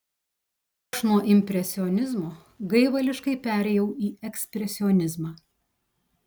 aš nuo impresionizmo gaivališkai perėjau į ekspresionizmą